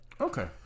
okay